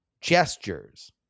gestures